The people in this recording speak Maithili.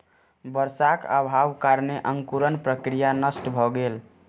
वर्षाक अभावक कारणेँ अंकुरण प्रक्रिया नष्ट भ गेल